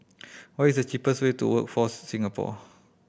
what is the cheapest way to Workforce Singapore